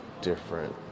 different